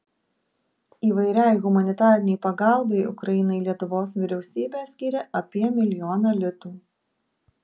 įvairiai humanitarinei pagalbai ukrainai lietuvos vyriausybė skyrė apie milijoną litų